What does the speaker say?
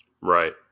Right